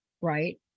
right